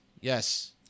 yes